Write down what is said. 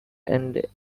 and